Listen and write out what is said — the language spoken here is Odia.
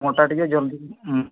ମୋରଟା ଟିକିଏ ଜଲଦି ଉଁ